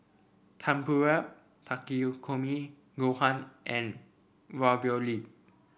Tempura Takikomi Gohan and Ravioli